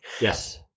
Yes